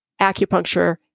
acupuncture